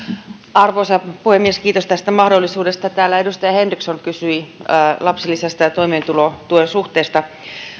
arvoisa puhemies kiitos tästä mahdollisuudesta täällä edustaja henriksson kysyi lapsilisän ja toimeentulotuen suhteesta